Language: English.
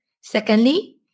Secondly